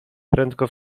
prędko